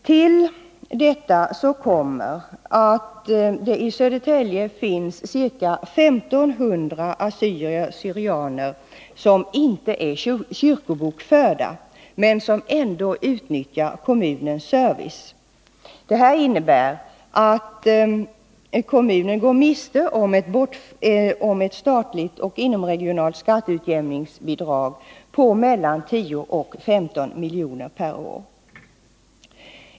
Till detta kommer att det i Södertälje finns ca 1 500 assyrier/syrianer som inte är kyrkobokförda men som ändå utnyttjar kommunens service. Det här innebär att kommunen går miste om ett statligt och inomregionalt skatteutjämningsbidrag på mellan 10 och 15 milj.kr. per år.